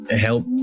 help